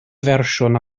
fersiwn